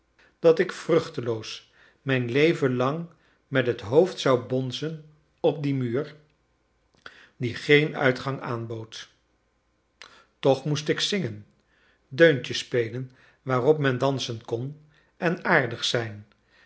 dat ik vruchteloos mijn leven lang met het hoofd zou bonzen op dien muur die geen uitgang aanbood toch moest ik zingen deuntjes spelen waarop men dansen kon en aardig zijn